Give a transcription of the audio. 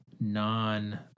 non